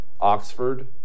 Oxford